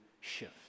shift